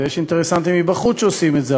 ויש אינטרסנטים מבחוץ שעושים את זה,